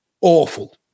awful